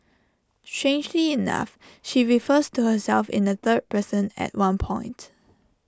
strangely enough she refers to herself in the third person at one point